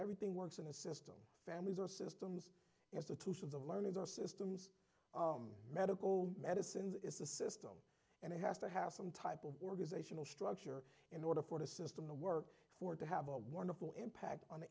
everything works in the system families are systems to serve the learnings are systems medical medicine is the system and it has to have some type of organizational structure in order for the system to work for it to have a wonderful impact on